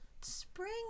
spring